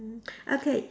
mm okay